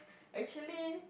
actually